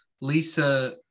Lisa